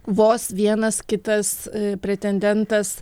vos vienas kitas pretendentas